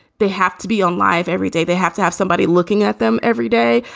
they have to be on live every day. they have to have somebody looking at them every day.